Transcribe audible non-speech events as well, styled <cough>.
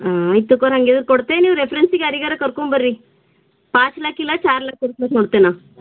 ಹಾಂ ಆಯಿತು ಕೊಡಂಗಿದ್ರ್ ಕೊಡ್ತೀವಿ ನೀವು ರೆಫ್ರೆನ್ಸಿಗೆ ಯಾರಿಗಾರು ಕರ್ಕೊಂಡ್ ಬನ್ರೀ ಪಾಂಚ್ ಲಾಖ್ ಇಲ್ಲ ಚಾರ್ ಲಾಖ್ <unintelligible> ಕೊಡ್ತೇನೆ